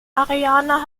ariane